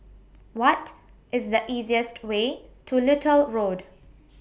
What IS The easiest Way to Little Road